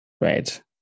Right